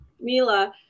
Mila